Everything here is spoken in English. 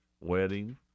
wedding